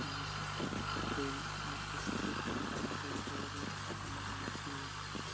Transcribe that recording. بہٕ چھَس اَپٲری اَپٲری ہوٹلَس پٮ۪ٹھ یِمَے یِمَے چیٖز